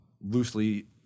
loosely